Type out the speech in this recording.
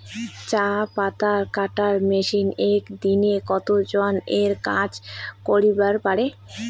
চা পাতা কাটার মেশিন এক দিনে কতজন এর কাজ করিবার পারে?